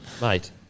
Mate